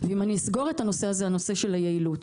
אני אסגור את זה בנושא היעילות.